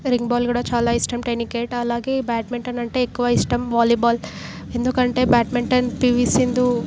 ring ball కూడా చాలా ఇష్టం టెన్నికాయిట్ అలాగే బ్యాడ్మింటన్ అంటే ఎక్కువ ఇష్టం వాలీబాల్ ఎందుకంటే బ్యాడ్మింటన్ పీవీ సింధు